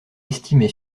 estimait